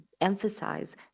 emphasize